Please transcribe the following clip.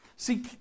See